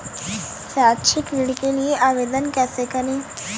शैक्षिक ऋण के लिए आवेदन कैसे करें?